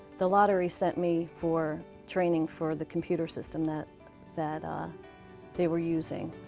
the lottery sent me for training for the computer system that that ah they were using.